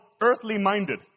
earthly-minded